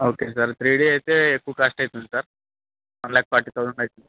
okay sir three D అయితే ఎక్కువ cost అవుతుంది sir one lakh forty thousand అవుతుంది